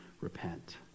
repent